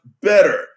better